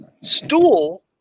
Stool